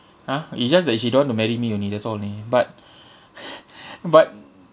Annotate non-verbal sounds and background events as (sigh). !huh! it's just that she don't want to marry me only that's all only but (laughs) but